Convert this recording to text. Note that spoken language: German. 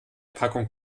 packung